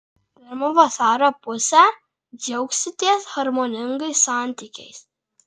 pirmą vasario pusę džiaugsitės harmoningais santykiais